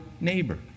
neighbor